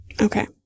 Okay